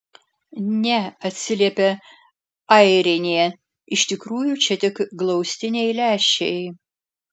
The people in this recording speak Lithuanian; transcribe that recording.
ne atsiliepia airinė iš tikrųjų čia tik glaustiniai lęšiai